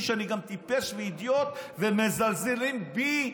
שאני גם טיפש ואידיוט ומזלזלים בי.